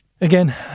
again